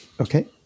okay